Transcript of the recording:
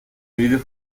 video